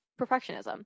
Perfectionism